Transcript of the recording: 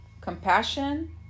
compassion